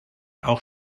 auch